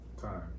time